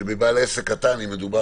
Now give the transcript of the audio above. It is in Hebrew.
שבעל עסק קטן מדובר